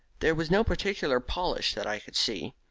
there was no particular polish that i could see.